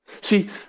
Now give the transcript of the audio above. See